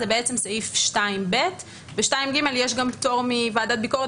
זה סעיף 2ב. בסעיף 2ג יש גם פטור מוועדת ביקורת